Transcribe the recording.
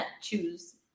choose